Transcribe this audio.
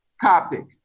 Coptic